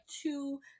two